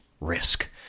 risk